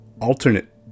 alternate